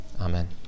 Amen